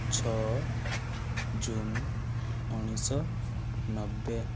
ଛଅ ଜୁନ୍ ଉଣେଇଶ ଶହ ନବେ